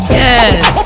yes